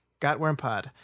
gotwormpod